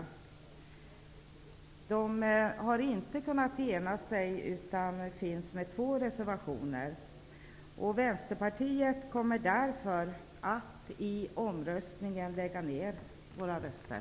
De här partierna har inte kunnat enas, så det finns två reservationer. Vi i Vänsterpartiet kommer därför att lägga ner våra röster.